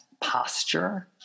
posture